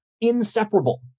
inseparable